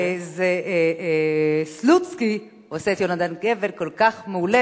זה סלוצקי עושה את יהונתן גפן כל כך מעולה,